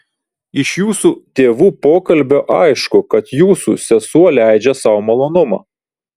iš jūsų tėvų pokalbio aišku kad jūsų sesuo leidžia sau malonumą